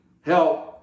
help